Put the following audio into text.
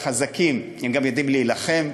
החזקים גם יודעים להילחם,